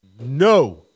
no